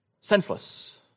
senseless